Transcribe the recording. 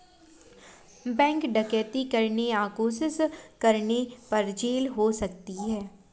bank डकैती करने या कोशिश करने पर जेल हो सकती है